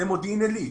למודיעין עילית,